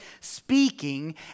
speaking